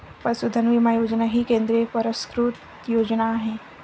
पशुधन विमा योजना ही केंद्र पुरस्कृत योजना आहे